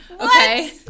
Okay